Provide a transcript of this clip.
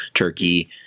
Turkey